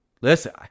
listen